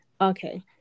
Okay